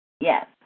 Yes